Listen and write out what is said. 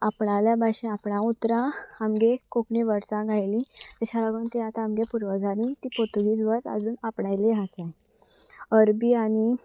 आपणाल्या भाशेन आपणा उतरां आमगे कोंकणी वर्ड्सांक घायलीं तश्या लागून ती आतां आमगे पुर्वजांनी तीं पुर्तुगीज वर्ड्स आजून आपणायलीं आसाय अरबी आनी